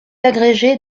agrégé